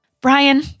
Brian